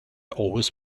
always